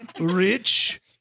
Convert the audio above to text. rich